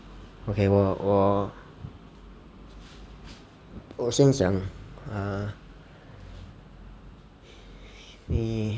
okay 我我我先讲 err 你